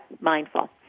mindful